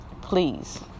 please